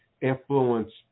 influence